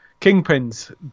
kingpins